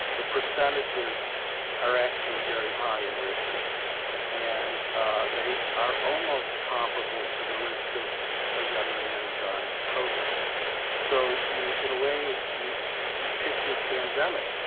the percentages are actually very high and risky and they are almost comparable to the risk of a young man dying of kov it so you, in a way, you you pick your pandemic.